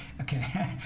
okay